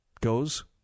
goes